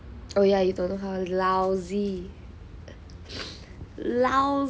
oh yeah you don't know how lousy lousy